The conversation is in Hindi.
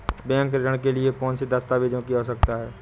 बैंक ऋण के लिए कौन से दस्तावेजों की आवश्यकता है?